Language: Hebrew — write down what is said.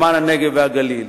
למען הנגב והגליל.